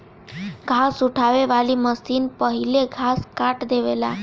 घास उठावे वाली मशीन पहिले घास काट देवेला